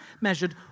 measured